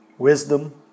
Wisdom